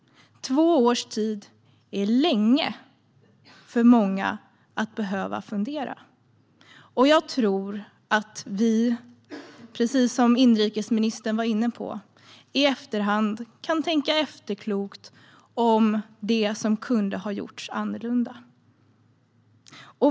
Två år är lång tid för många att behöva fundera. Jag tror att vi, precis som inrikesministern var inne på, i efterhand kan vara efterkloka om det som kunde ha gjorts annorlunda.